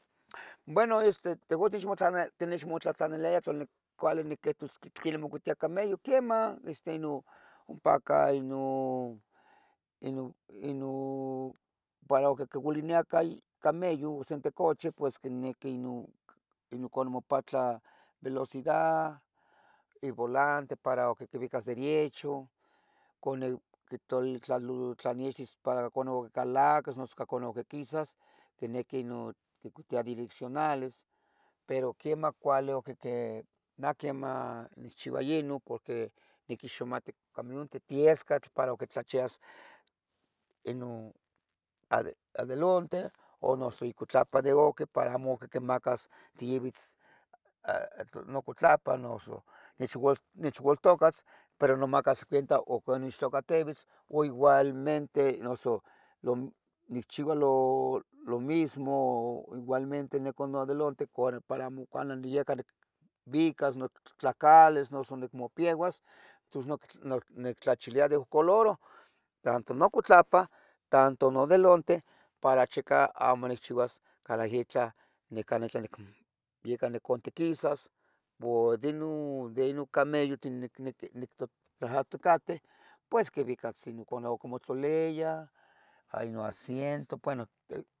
Bueno este tehutzin techmotlahtlaniliya tla cuali niquihtos quenih mocuitia cameyoh. ¡Quemah! Este ino ompacah para coliniyah sen te cameyon o sente coche pues quiniqui inon onmopatla velocida y volante para quiuicas diriecho. Tla cacalacas noso cano quisas moniqui cuitia direccionales, pero quemah cuali naqueman nicchiua yenon porqui niquixomati niquixmati camión titiescatl para quitlachiyas inon adilante noso icuitlapan de oque para amo quimacatiuis nocuitlapan noso nechualtocas, pero nomacas cuenta ocon nichualtocativetz o igualmente noso nichiua lo mismo igualmente nican adilante cuali para cuali niyacan nivicas notlacales noso nicmopeuas nictlachilia de ohcoloroh, tanto nocuitlapah tanto nodelantih para checar amo nicchiuas canah itlah nicantiquisas. De inon cameyoh tlen nic mahmatocateu pues quivicas comotliliya hay noaciento bueno